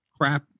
crap